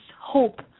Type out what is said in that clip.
hope